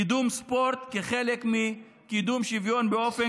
קידום ספורט כחלק מקידום שוויון באופן